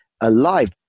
alive